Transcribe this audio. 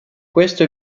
questo